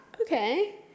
okay